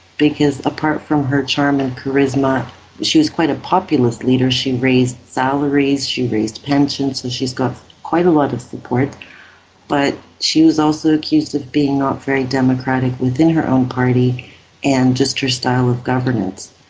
because apart from her charm and charisma she was quite a populist leader she raised salaries, she raised pensions, so and she's got quite a lot of support but she was also accused of being not very democratic within her own party and just her style of governance.